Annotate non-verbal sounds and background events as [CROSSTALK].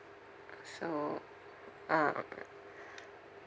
so ah [BREATH]